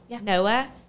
Noah